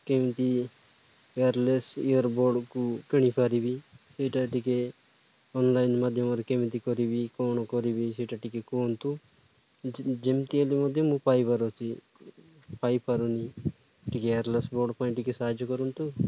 କେମିତି wireless ear ବଡ଼୍କୁ କିଣିପାରିବି ସେହିଟା ଟିକେ ଅନଲାଇନ୍ ମାଧ୍ୟମରେ କେମିତି କରିବି କ'ଣ କରିବି ସେଇଟା ଟିକେ କୁହନ୍ତୁ ଯେମିତି ହେଲେ ମଧ୍ୟ ମୁଁ ପାଇପାରୁଛି ପାଇପାରୁନି ଟିକେ ୱାୟର୍ଲେସ୍ ବଡ଼୍ ପାଇଁ ଟିକେ ସାହାଯ୍ୟ କରନ୍ତୁ